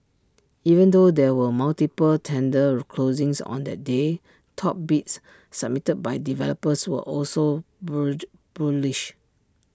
even though there were multiple tender closings on that day top bids submitted by developers were also bullish